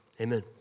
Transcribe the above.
Amen